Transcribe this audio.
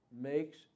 makes